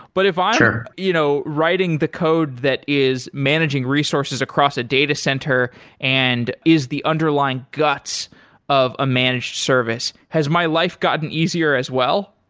but if i'm you know writing the code that is managing resources across a datacenter and is the underlying guts of a managed service, has my life gotten easier as well?